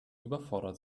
überfordert